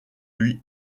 lui